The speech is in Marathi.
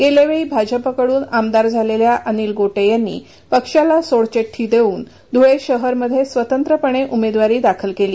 गेल्यावेळी भाजपकडून आमदार झालेल्या अनिल गोटे यांनी पक्षाला सोडचिठ्ठी देऊन धुळे शहरमध्ये स्वतंत्रपणे उमेदवारी दाखल केली